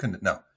no